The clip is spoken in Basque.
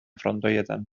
frontoietan